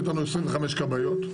יש לנו 25 כבאיות,